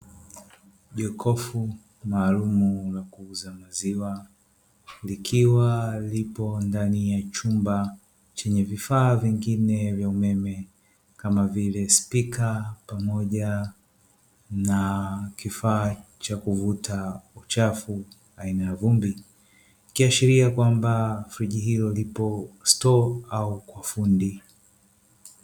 Jokofu maalumu la kuuza maziwa, likiwa lipo ndani ya chumba chenye vifaa vingine vya umeme, kama vile; spika pamoja na kifaa cha kuvuta uchafu aina ya vumbi; ikiashiria kwamba friji hilo lipo stoo au kwa fundi.